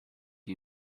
you